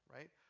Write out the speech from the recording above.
Right